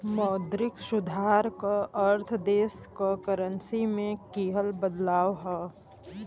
मौद्रिक सुधार क अर्थ देश क करेंसी में किहल बदलाव हौ